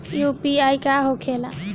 UPI का होखेला?